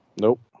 Nope